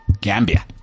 Gambia